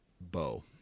bow